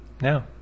now